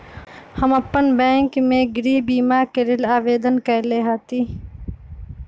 हम अप्पन बैंक में गृह बीमा के लेल आवेदन कएले हति